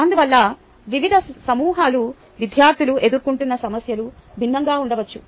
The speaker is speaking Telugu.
అందువల్ల వివిధ సమూహాల విద్యార్థులు ఎదుర్కొంటున్న సమస్యలు భిన్నంగా ఉండవచ్చు